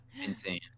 insane